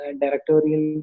directorial